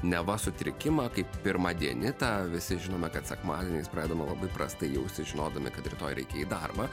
neva sutrikimą kaip pirmadienitą visi žinome kad sekmadieniais pradedame labai prastai jausis žinodami kad rytoj reikia į darbą